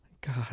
god